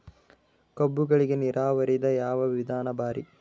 ಕಬ್ಬುಗಳಿಗಿ ನೀರಾವರಿದ ಯಾವ ವಿಧಾನ ಭಾರಿ?